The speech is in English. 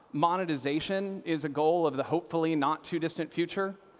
monetization is a goal of the hopefully not-so-distant future,